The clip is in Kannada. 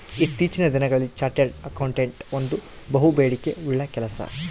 ಇತ್ತೀಚಿನ ದಿನಗಳಲ್ಲಿ ಚಾರ್ಟೆಡ್ ಅಕೌಂಟೆಂಟ್ ಒಂದು ಬಹುಬೇಡಿಕೆ ಉಳ್ಳ ಕೆಲಸ